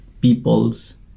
people's